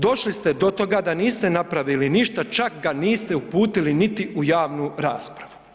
Došli ste do toga da niste napravili ništa, čak ga niste uputili niti u javnu raspravu.